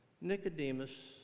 Nicodemus